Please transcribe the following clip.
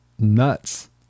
Nuts